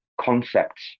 concepts